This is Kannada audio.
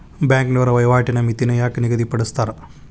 ಬ್ಯಾಂಕ್ನೋರ ವಹಿವಾಟಿನ್ ಮಿತಿನ ಯಾಕ್ ನಿಗದಿಪಡಿಸ್ತಾರ